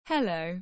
Hello